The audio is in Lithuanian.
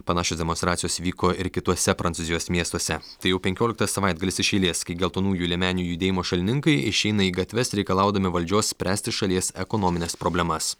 panašios demonstracijos vyko ir kituose prancūzijos miestuose tai jau penkioliktas savaitgalis iš eilės kai geltonųjų liemenių judėjimo šalininkai išeina į gatves reikalaudami valdžios spręsti šalies ekonomines problemas